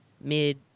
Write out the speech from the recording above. mid